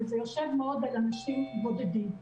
וזה יושב על אנשים בודדים.